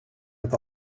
het